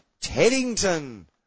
Teddington